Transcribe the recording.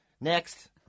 Next